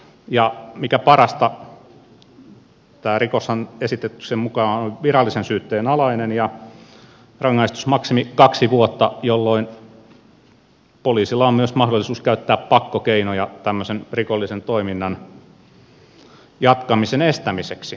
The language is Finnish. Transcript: ja mikä parasta tämä rikoshan esityksen mukaan on virallisen syytteen alainen ja rangaistusmaksimi on kaksi vuotta jolloin poliisilla on myös mahdollisuus käyttää pakkokeinoja tämmöisen rikollisen toiminnan jatkamisen estämiseksi